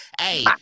Hey